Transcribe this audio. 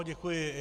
Děkuji.